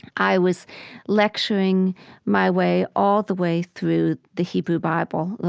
i was lecturing my way all the way through the hebrew bible,